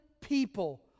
people